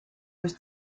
was